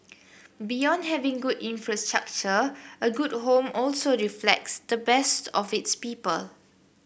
beyond having good infrastructure a good home also reflects the best of its people